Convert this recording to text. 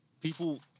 people